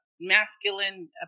masculine